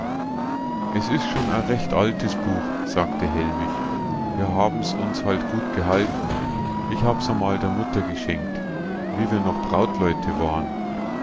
es is schon a recht altes buch sagte hellmich wir haben's uns halt gut gehalten ich hab's amal der mutter geschenkt wie wir noch brautleute waren